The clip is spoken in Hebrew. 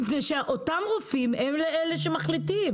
מפני שאותם רופאים הם שמחליטים,